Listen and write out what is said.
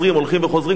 כבר עשר שנים.